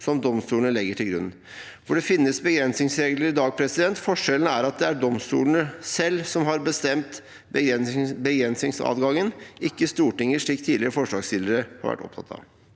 som domstolene legger til grunn. Det finnes begrensningsregler i dag, forskjellen er at det er domstolene selv som har bestemt begrensningsadgangen, ikke Stortinget, slik tidligere forslagsstillere har vært opptatt av.